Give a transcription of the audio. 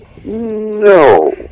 No